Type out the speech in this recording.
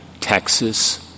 Texas